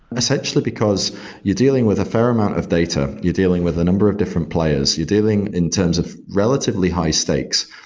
essentially because you're dealing with a fair amount of data. you're dealing with a number of different players. you're dealing in terms of relatively high stakes.